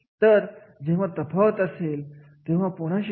एखाद्या कार्याशी संबंधित मालकीहक्क कोणता गरजेचा आहे हे पाहत असतो